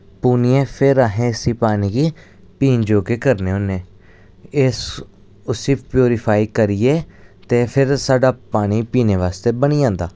पुनियै फिर असें इस्सी पानी गी पीन जोग्गे करने होन्नें इस उस्सी प्यूरीफाई करियै ते फिर साढ़ा पानी पीने बास्तै बनी जंदा